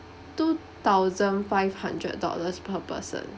two thousand five hundred dollars per person